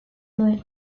nuen